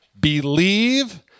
believe